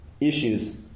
issues